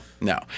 no